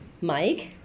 Mike